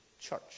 church